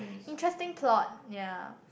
interesting plot ya